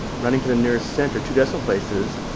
rounding to the nearest cent or two decimal places,